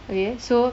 okay so